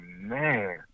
man